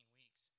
weeks